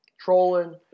trolling